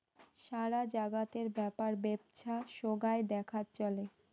সারা জাগাতের ব্যাপার বেপছা সোগায় দেখাত চলে